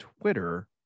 Twitter